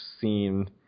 seen –